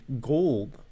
gold